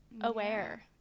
aware